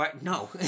No